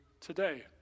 today